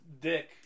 dick